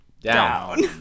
down